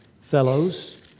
fellows